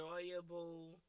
enjoyable